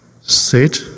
Sit